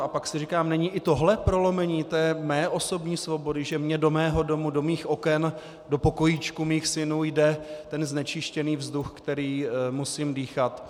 A pak si říkám: Není i tohle prolomení mé osobní svobody, že mně do mého domu, do mých oken, do pokojíčku mých synů jde ten znečištěný vzduch, který musím dýchat?